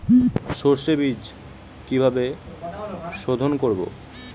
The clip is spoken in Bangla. সর্ষে বিজ কিভাবে সোধোন করব?